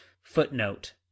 footnote